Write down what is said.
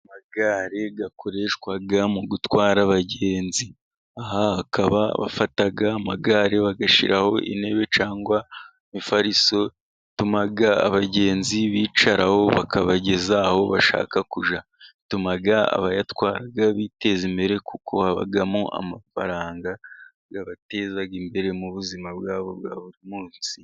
Akagare gakoreshwa mu gutwara abagenzi, aha bakaba bafata, amagare bagashyiraho intebe, cyangwa imifariso yatuma abagenzi bicaraho, bakabageza aho bashaka kuja bituma, abayatwara biteza imbere kuko bababagamo amafaranga yabateza imbere mu buzima bwabo bwa buri munsi.